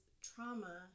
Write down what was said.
trauma